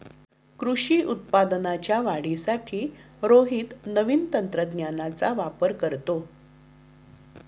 कृषी उत्पादनाच्या वाढीसाठी रोहित नवीन तंत्रज्ञानाचा वापर करतो